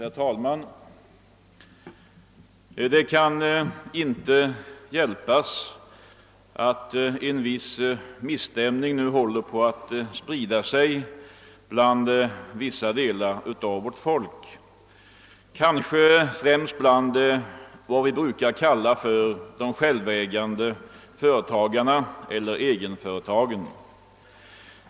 Herr talman! Det kan inte hjälpas att en viss misstämning nu håller på att sprida sig bland vissa delar av vårt folk, kanske främst bland vad vi brukar kalla för de självägande företagarna eller egenföretagen.